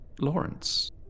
Lawrence